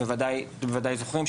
אתם בוודאי זוכרים,